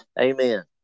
amen